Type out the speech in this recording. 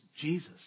Jesus